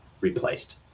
replaced